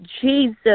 Jesus